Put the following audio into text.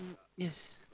yes